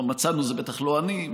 כלומר "מצאנו" זה בטח לא אני,